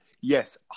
Yes